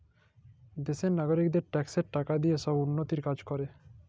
দ্যাশের লগারিকদের ট্যাক্সের টাকা দিঁয়ে ছব উল্ল্যতির কাজ ক্যরে